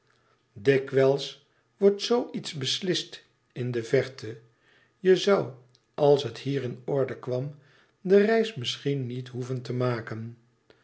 dikwijls wordt zoo iets beslist uit de verte je zoû als het hier in orde kwam de reis misschien niet hoeven te maken